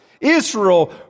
Israel